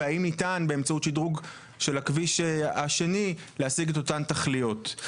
והאם ניתן באמצעות שדרוג של הכביש השני להשיג את אותן תכליות.